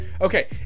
Okay